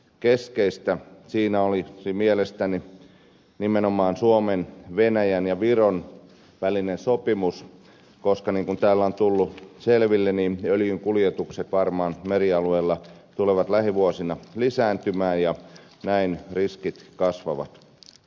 keskeistä siinä olisi mielestäni nimenomaan suomen venäjän ja viron välinen sopimus koska niin kuin täällä on tullut selville öljynkuljetukset varmaan merialueilla tulevat lähivuosina lisääntymään ja näin riskit kasvavat